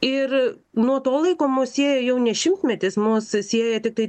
ir nuo to laiko mus sieja jau ne šimtmetis mus sieja tiktai